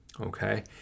okay